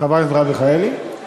אני